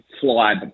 fly